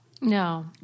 No